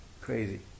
crazy